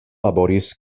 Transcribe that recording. laboris